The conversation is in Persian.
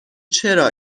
چرا